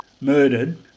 murdered